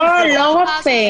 לא, לא רופא.